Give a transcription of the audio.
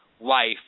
life